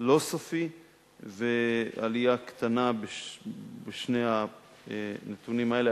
עלייה קטנה בשני הנתונים האלה,